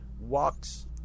walks